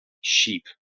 sheep